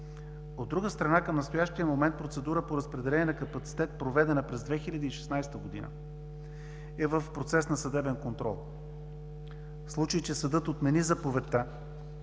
От друга страна, към настоящия момент процедура по разпределение на капацитет, проведена през 2016 г., е в процес на съдебен контрол. В случай че съдът отмени Заповедта